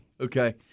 Okay